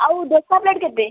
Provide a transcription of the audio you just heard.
ଆଉ ଦୋସା ପ୍ଲେଟ୍ କେତେ